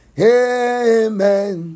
amen